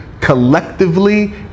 collectively